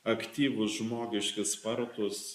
aktyvūs žmogiški spartūs